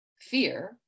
Fear